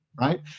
Right